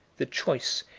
the choice,